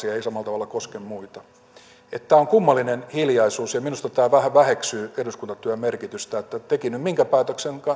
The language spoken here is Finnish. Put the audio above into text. ei samalla tavalla koske muita tämä on kummallinen hiljaisuus ja ja minusta tämä vähän väheksyy eduskuntatyön merkitystä teki nyt minkä päätöksen